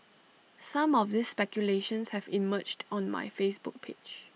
some of these speculations have emerged on my Facebook page